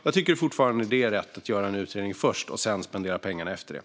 Jag tycker fortfarande att det är rätt att först göra en utredning och spendera pengarna efter det.